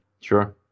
Sure